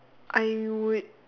I would